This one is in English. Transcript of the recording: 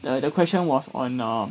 the the question was on uh